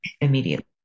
Immediately